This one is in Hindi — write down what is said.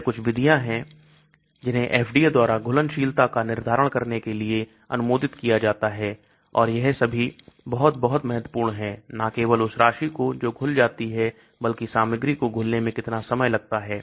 यह कुछ विधियां हैं जिन्हें FDA द्वारा घुलनशीलता का निर्धारण करने के लिए अनुमोदित किया जाता है और यह सभी बहुत बहुत महत्वपूर्ण है ना केवल उस राशि को जो घुल जाती है बल्कि सामग्री को घुलने में कितना समय लगता है